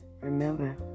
Remember